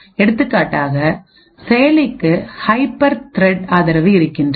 எடுத்துக்காட்டாகசெயலிக்கு hyper thread ஆதரவு இருக்கிறது